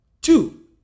two